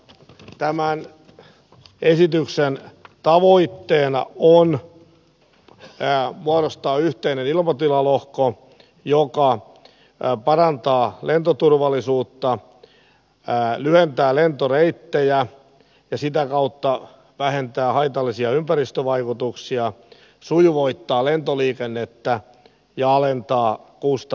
tämän esityksen tavoitteena on muodostaa yhteinen ilmatilalohko joka parantaa lentoturvallisuutta lyhentää lentoreittejä ja sitä kautta vähentää haitallisia ympäristövaikutuksia sujuvoittaa lentoliikennettä ja alentaa kustannuksia